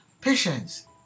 Patience